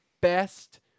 best